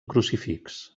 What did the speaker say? crucifix